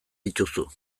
dituzu